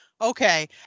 Okay